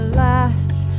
last